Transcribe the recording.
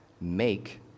make